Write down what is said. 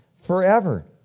forever